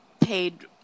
paid